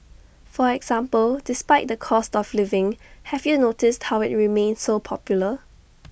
for example despite the cost of living have you noticed how IT remains so popular